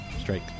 Strike